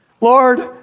Lord